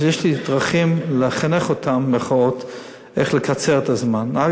יש לי דרכים "לחנך אותם" איך לקצר את הזמן: א.